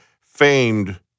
famed